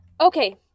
Okay